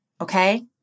okay